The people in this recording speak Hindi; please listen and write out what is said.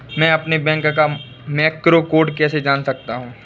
मैं अपने बैंक का मैक्रो कोड कैसे जान सकता हूँ?